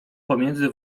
pomiędzy